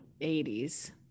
80s